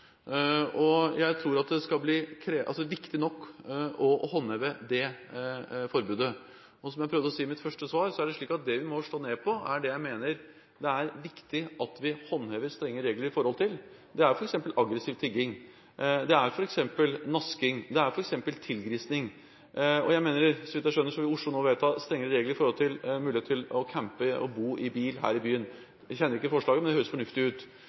Jeg tror det er viktig nok å håndheve det forbudet. Som jeg prøvde å si i mitt første svar: Det vi må slå ned på, er forhold der det er viktig at vi håndhever reglene strengt. Det gjelder f.eks. aggressiv tigging, nasking og tilgrising. Så vidt jeg skjønner, vil Oslo nå vedta strengere regler når det gjelder muligheten til å campe og å bo i bil her i byen. Jeg kjenner ikke forslaget, men det høres fornuftig ut.